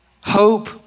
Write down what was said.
Hope